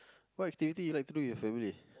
what activity do you like to do with your family